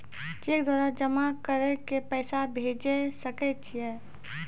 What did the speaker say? Cheque द्वारा जमा करि के पैसा भेजै सकय छियै?